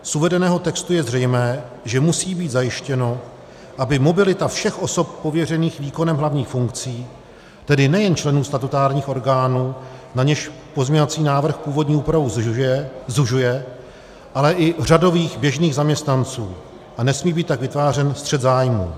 Z uvedeného textu je zřejmé, že musí být zajištěno, aby mobilita všech osob pověřených výkonem hlavních funkcí, tedy nejen členů statutárních orgánů, na něž pozměňovací návrh původní úpravu zužuje, ale i řadových běžných zaměstnanců, a nesmí být tak vytvářen střet zájmů.